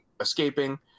escaping